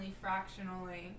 fractionally